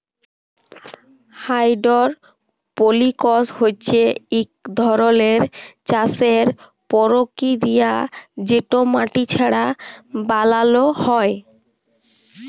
hydroponics হছে ইক ধরলের চাষের পরকিরিয়া যেট মাটি ছাড়া বালালো হ্যয়